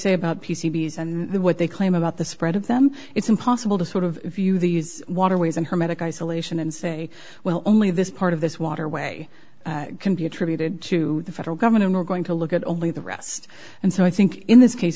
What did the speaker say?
say about p c s and what they claim about the spread of them it's impossible to sort of view these waterways in hermetic isolation and say well only this part of this waterway can be attributed to the federal government and we're going to look at only the rest and so i think in this case